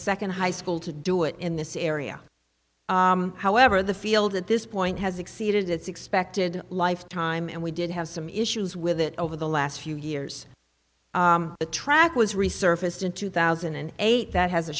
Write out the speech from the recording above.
second high school to do it in this area however the field at this point has exceeded its expected life time and we did have some issues with it over the last few years the track was resurfaced in two thousand and eight that has a